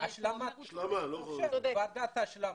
ועדת השלמה.